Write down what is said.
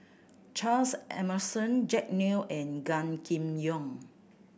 Charles Emmerson Jack Neo and Gan Kim Yong